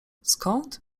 skąd